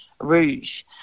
Rouge